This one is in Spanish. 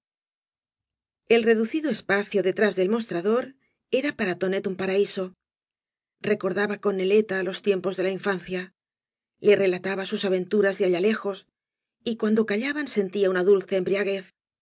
el reducido espacio detrás del mostrador era para tonet un paraíso recordaba con neleta los tiempos de la infancia le relataba sus aventuras de allá lejos y cuando callaban sentía una dulce embriaguez